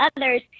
others